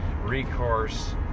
recourse